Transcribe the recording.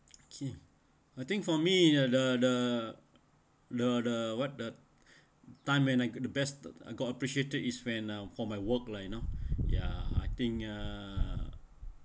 okay I think for me uh the the the the what the time when I got the best that I got appreciated is when uh from for my work lah you know ya I think uh